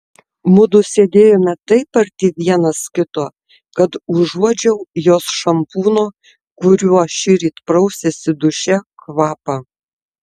mudu sėdėjome taip arti vienas kito kad užuodžiau jos šampūno kuriuo šįryt prausėsi duše kvapą